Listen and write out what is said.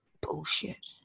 bullshit